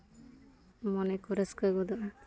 ᱢᱚᱱᱮ ᱠᱚ ᱨᱟᱹᱥᱠᱟᱹ ᱜᱚᱫᱚᱜᱼᱟ